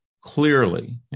Clearly